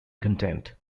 content